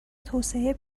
توسعه